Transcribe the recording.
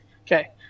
Okay